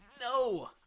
no